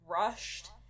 rushed